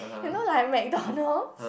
you know like MacDonalds